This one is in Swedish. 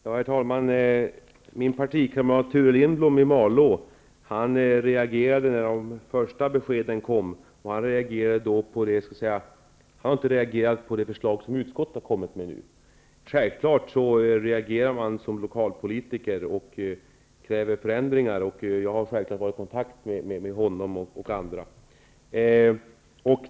Herr talman! Min partikamrat Thure Lindblom i Malå reagerade när de första beskeden kom. Han har inte reagerat på det förslag som utskottet har kommit med nu. Man reagerar självfallet som lokalpolitiker och kräver förändringar. Jag har naturligtvis varit i kontakt med både honom och andra.